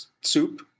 soup